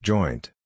Joint